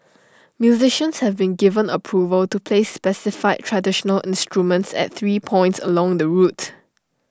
musicians have been given approval to play specified traditional instruments at three points along the route